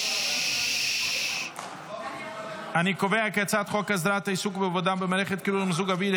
כי הצעת חוק הסדרת העיסוק בעבודה במערכת קירור או מיזוג אוויר,